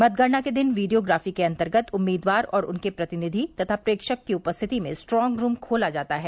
मतगणना के दिन वीडियोग्राफी के अंतर्गत उम्मीदवार और उनके प्रतिनिधि तथा प्रेक्षक की उपस्थिति में स्ट्रांग रूम खोला जाता है